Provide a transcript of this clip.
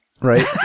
right